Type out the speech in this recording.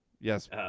yes